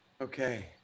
Okay